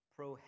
Pro